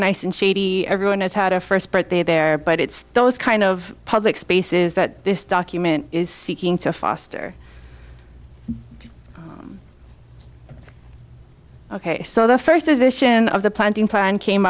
nice and shady everyone has had a first birthday there but it's those kind of public spaces that this document is seeking to foster ok so the first is ition of the planting plan came